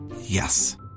Yes